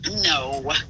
No